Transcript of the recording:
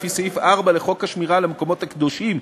לפי סעיף 4 לחוק השמירה על המקומות הקדושים,